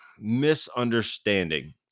misunderstanding